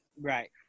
right